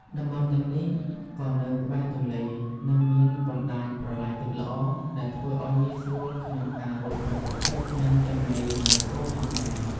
តំបន់ទាំងនេះក៏នៅក្បែរទន្លេ និងមានបណ្តាញប្រឡាយទឹកល្អ ដែលធ្វើឲ្យងាយស្រួលក្នុងការរកប្រភពទឹក និងចំណីសម្រាប់គោផងដែរ។